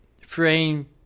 frame